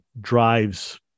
drives